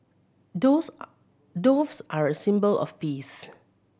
doves are doves are a symbol of peace